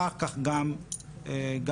אוקי, תודה.